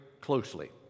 closely